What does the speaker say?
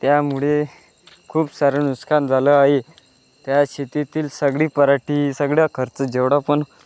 त्यामुळे खूप सारं नुकसान झालं आहे त्या शेतीतील सगळी पराठी सगळा खर्च जेवढा पण